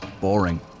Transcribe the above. boring